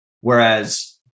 Whereas